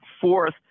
Fourth